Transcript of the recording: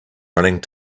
running